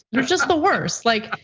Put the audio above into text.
you're just the worst. like